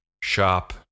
shop